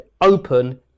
open